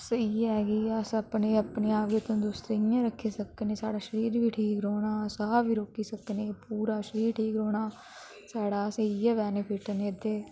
असें इ'यै ऐ कि अस अपने आप गी तंदरुस्त इ'यां रक्खी सकने साढ़ा शरीर बी ठीक रौह्ना साह् बी रोकी सकने पूरा शरीर ठीक रौह्ना साढ़ा इ'यै बैनीफिट्ट न एह्दे